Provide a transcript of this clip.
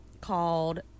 called